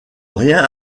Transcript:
rien